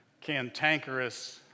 cantankerous